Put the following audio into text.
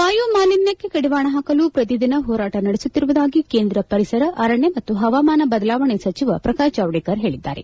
ವಾಯುಮಾಲಿನ್ತಕ್ಕೆ ಕಡಿವಾಣ ಹಾಕಲು ಪ್ರತಿ ದಿನ ಹೋರಾಟ ನಡೆಸುತ್ತಿರುವುದಾಗಿ ಕೇಂದ್ರ ಪರಿಸರ ಅರಣ್ಯ ಮತ್ತು ಪವಾಮಾನ ಬದಲಾವಣೆ ಸಚಿವ ಪ್ರಕಾಶ್ ಜಾವಡೇಕರ್ ಹೇಳಿದ್ದಾರೆ